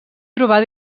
trobar